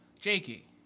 Jakey